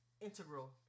integral